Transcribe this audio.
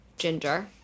ginger